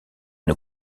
une